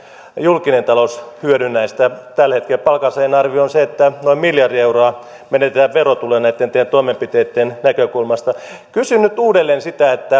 julkinen talous hyödy näistä tällä hetkellä palkansaajien arvio on se että noin miljardi euroa menetetään verotuloina näitten teidän toimenpiteittenne näkökulmasta kysyn nyt uudelleen sitä